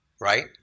Right